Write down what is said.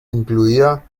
incluía